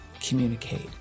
communicate